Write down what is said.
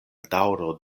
daŭro